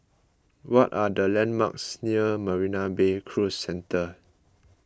what are the landmarks near Marina Bay Cruise Centre